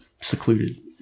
secluded